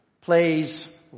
plays